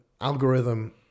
algorithm